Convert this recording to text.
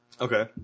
Okay